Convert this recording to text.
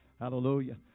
Hallelujah